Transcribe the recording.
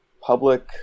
public